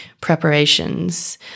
preparations